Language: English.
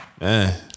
Man